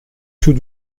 tout